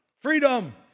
freedom